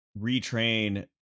retrain